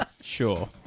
Sure